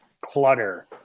clutter